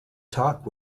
talk